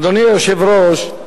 אדוני היושב-ראש,